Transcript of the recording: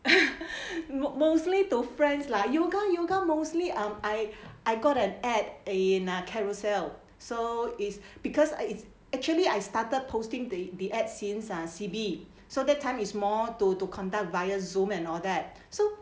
mostly to friends lah yoga yoga mostly um I I got an ad in uh carousell so is because i~ it's actually I started posting the the ad since ah C_B so that time is more to to conduct via zoom and all that so